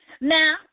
Now